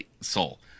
Soul